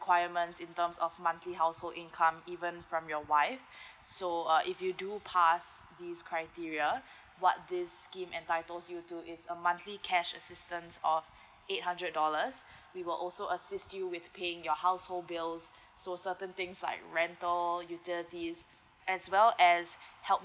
requirements in terms of monthly household income even from your wife so uh if you do pass this criteria what this scheme entitles you to is a monthly cash assistance of eight hundred dollars we will also assist you with paying your household bills so certain things like rental utilities as well as help